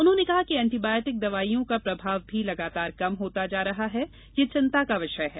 उन्होंने कहा कि एंटीबॉयोटिक दवाओं का प्रभाव भी लगातार कम होता जा रहा है यह चिंता का विषय है